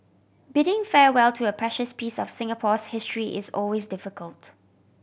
bidding farewell to a precious piece of Singapore's history is always difficult